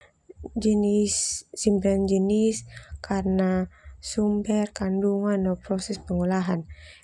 Jenis simpan jenis karna sumber kandungan no proses pengolahan.